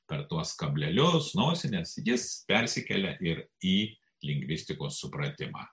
per tuos kablelius nosines jis persikelia ir į lingvistikos supratimą